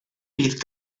bydd